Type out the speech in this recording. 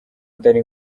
atari